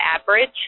average